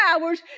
hours